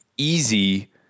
easy